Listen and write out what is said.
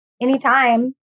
anytime